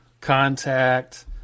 contact